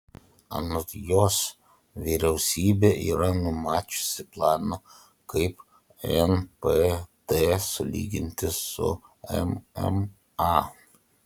anot jos vyriausybė yra numačiusi planą kaip npd sulyginti su mma